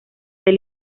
del